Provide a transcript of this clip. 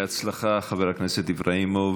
בהצלחה, חבר הכנסת איפראימוב.